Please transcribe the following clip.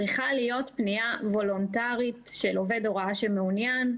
צריכה להיות פניה וולונטארית של עובד הוראה שמעוניין.